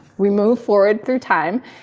we move forward through time,